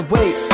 Wait